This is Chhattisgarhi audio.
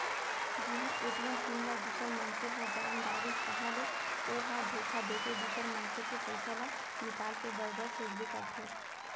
जिहां ए.टी.एम पिन ल दूसर मनसे ह जान डारिस ताहाँले ओ ह धोखा देके दुसर मनसे के पइसा ल निकाल के बरोबर सोचबे करथे